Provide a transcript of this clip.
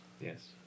Yes